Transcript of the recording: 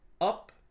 up